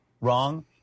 wrong